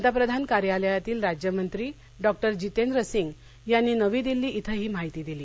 पंतप्रधान कार्यालयातील राज्यमंत्री डॉक्टर जितेंद्र सिंग यांनी नवी दिल्ली ञें ही माहिती दिली